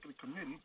Committee